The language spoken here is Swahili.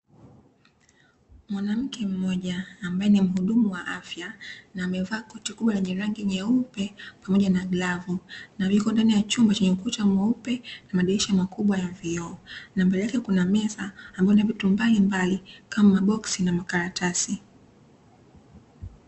Mwanamke mmoja ambaye ni mhudumu wa afya na amevaa koti kubwa lenye rangi nyeupe pamoja na glovu, na yupo ndani ya chumba chenye ukuta mweupe na madirisha makubwa ya vioo. Na mbele yake kuna meza ambayo ina vitu mbalimbali kama maboksi na makaratasi.